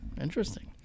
interesting